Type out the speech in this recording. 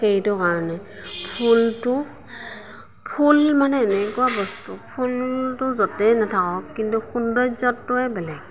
সেইটো কাৰণে ফুলটো ফুল মানে এনেকুৱা বস্তু ফুলটো য'তেই নাথাকক কিন্তু সৌন্দৰ্যটোৱে বেলেগ